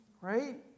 Right